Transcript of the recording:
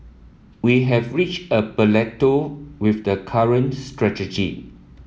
we have reached a plateau with the current strategy